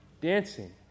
dancing